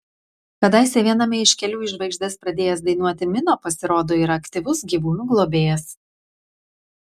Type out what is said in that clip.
kadaise viename iš kelių į žvaigždes pradėjęs dainuoti mino pasirodo yra aktyvus gyvūnų globėjas